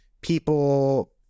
people